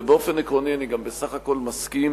ובאופן עקרוני אני גם בסך הכול מסכים